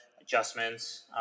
adjustments